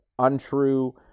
untrue